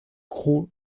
crot